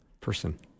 person